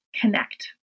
connect